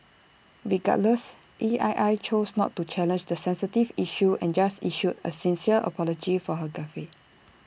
regardless E I I chose not to challenge the sensitive issue and just issued A sincere apology for her gaffe